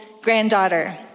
granddaughter